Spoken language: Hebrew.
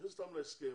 נכניס אותם להסכם,